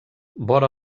vora